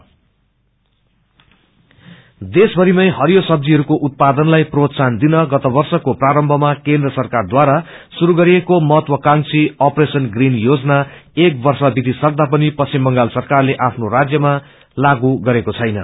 operation green देशमरिनै हरियो सब्जीहरूको उत्पादनलाई प्रोतसाहन दिन गत वर्षको प्रारम्भमा केनद्र सरकारद्वारा शुरू गरिएको महत्वाकांशी आपरेशन ग्रीन योजना एक वर्ष वितिसवदा पनि परिषम कंगाल सरकारले आफ्नो राज्यमा लागू गरेखो छैन